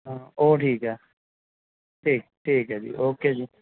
ਹਾਂ ਉਹ ਠੀਕ ਹੈ ਠੀਕ ਠੀਕ ਹੈ ਜੀ ਓਕੇ ਜੀ